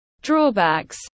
drawbacks